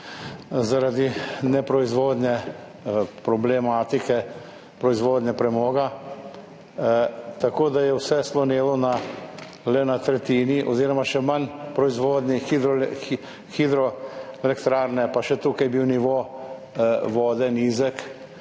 zaradi neproizvodnje, problematike proizvodnje premoga. Tako da je vse slonelo na le tretjini oziroma še manj proizvodnje hidroelektrarne, pa še tukaj je bil nivo vode nizek.